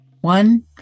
One